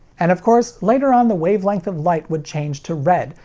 and of course, later on the wavelength of light would change to red,